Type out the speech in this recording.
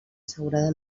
assegurada